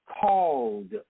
Called